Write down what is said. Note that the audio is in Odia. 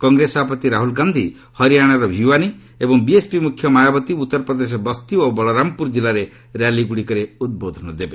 କଂଗ୍ରେସ ସଭାପତି ରାହୁଲ୍ ଗାନ୍ଧି ହରିୟାଣାର ଭିୱାନି ଏବଂ ବିଏସ୍ପି ମ୍ରଖ୍ୟ ମାୟାବତୀ ଉତ୍ତର ପ୍ରଦେଶର ବସ୍ତି ଓ ବଳରାମପ୍ରର ଜିଲ୍ଲାରେ ର୍ୟାଲିଗ୍ରଡ଼ିକରେ ଉଦ୍ବୋଧନ ଦେବେ